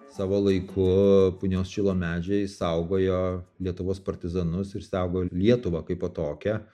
savo laiku punios šilo medžiai saugojo lietuvos partizanus ir saugo lietuvą kaipo tokią